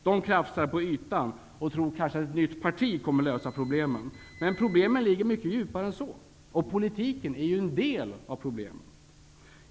De krafsar på ytan och tror kanske att ett nytt parti kommer att lösa problemen. Men problemen ligger mycket djupare än så, och politiken är ju en del av problemen.